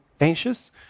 anxious